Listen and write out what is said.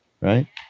Right